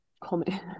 comedy